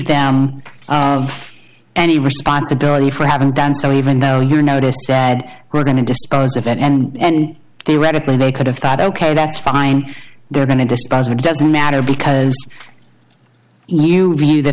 them of any responsibility for having done so even though you notice we're going to dispose of it and theoretically they could have thought ok that's fine they're going to dispose of it doesn't matter because you view the